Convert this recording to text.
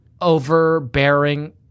overbearing